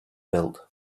built